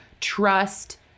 trust